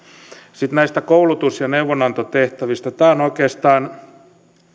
sitten näistä koulutus ja neuvonantotehtävistä tämä on oikeastaan